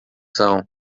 são